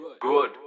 good